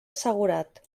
assegurat